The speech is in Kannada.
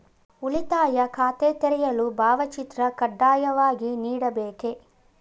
ಉಳಿತಾಯ ಖಾತೆ ತೆರೆಯಲು ಭಾವಚಿತ್ರ ಕಡ್ಡಾಯವಾಗಿ ನೀಡಬೇಕೇ?